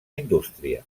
indústria